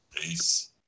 Peace